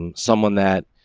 and someone that